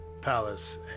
Palace